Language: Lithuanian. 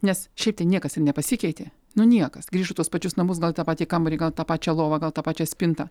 nes šiaip tai niekas ir nepasikeitė nu niekas grįžo į tuos pačius namus gal į tą patį kambarį gal į tą pačią lovą gal tą pačią spintą